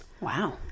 Wow